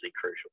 crucial